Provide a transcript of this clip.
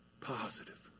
Positive